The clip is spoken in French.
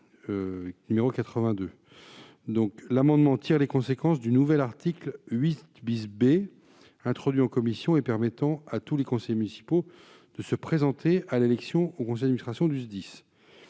vise à tirer les conséquences du nouvel article 8 B introduit en commission, qui permet à tous les conseillers municipaux de se présenter à l'élection au conseil d'administration du SDIS.